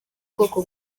bwoko